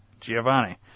Giovanni